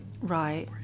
Right